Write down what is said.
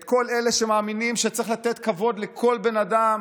את כל אלה שמאמינים שצריך לתת כבוד לכל בן אדם